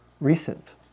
recent